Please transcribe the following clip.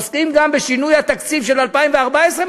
עוסקים גם בשינוי התקציב של 2014,